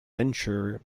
venture